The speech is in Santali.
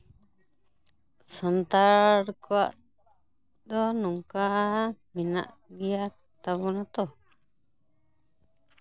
ᱥᱟᱱᱛᱟᱲ ᱠᱚᱣᱟᱜ ᱫᱚ ᱱᱚᱝᱠᱟ ᱢᱮᱱᱟᱜ ᱜᱮᱭᱟ ᱛᱟᱵᱚᱱᱟ ᱛᱚ